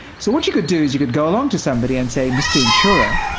so what you could do, is you could go along to somebody and say, mr insurer,